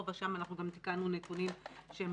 פה ושם אנחנו גם תיקנו נתונים שהם